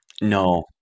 No